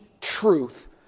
truth